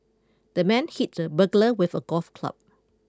the man hit the burglar with a golf club